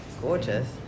Gorgeous